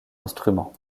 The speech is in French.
instrument